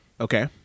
Okay